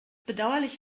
bedauerlich